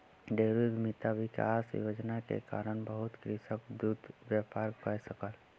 dairy उद्यमिता विकास योजना के कारण बहुत कृषक दूधक व्यापार कय सकल